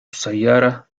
سيارة